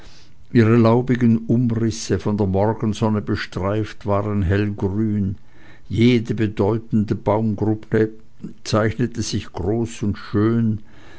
ihre laubigen umrisse von der morgensonne bestreift waren hellgrün jede bedeutende baumgruppe zeichnete sich groß und schön